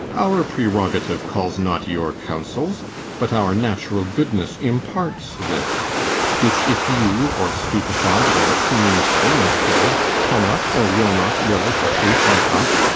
our prerogative calls not your counsels but our natural goodness imparts this which, if you or stupified or seeming so in skill cannot or will not relish a truth, like us,